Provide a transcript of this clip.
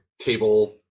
table